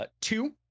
two